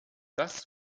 das